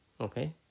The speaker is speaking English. Okay